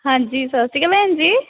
ਹਾਂਜੀ ਸਤਿ ਸ਼੍ਰੀ ਅਕਾਲ ਭੈਣ ਜੀ